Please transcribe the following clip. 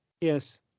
Yes